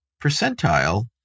percentile